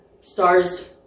Stars